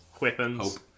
weapons